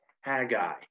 Haggai